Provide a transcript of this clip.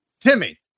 Timmy